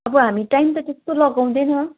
अब हामी टाइम त त्यस्तो लगाउँदैन